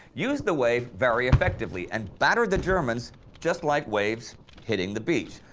used the wave very effectively, and battered the germans just like waves hitting the beach.